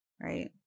right